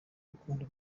rukundo